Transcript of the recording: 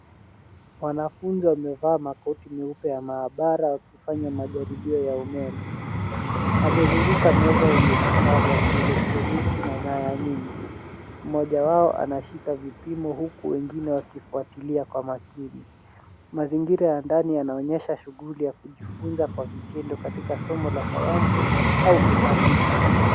Wanafunzi wamevaa makoti meupe ya maabara wakifanya majaribio ya umeme. Wamezunguka meza yenye vifaa vya kielektroniki na nyaya nyingi. Mmoja wao anashika vipimo huku wengine wakifuatilia kwa makini. Mazingira ya ndani yanaonyesha shughuli ya kujifunza kwa vitendo katika somo la sayansi au uhandisi.